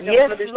Yes